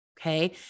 Okay